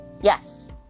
Yes